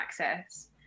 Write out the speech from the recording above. access